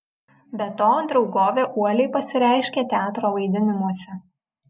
be to draugovė uoliai pasireiškė teatro vaidinimuose